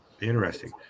interesting